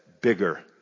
bigger